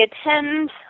attend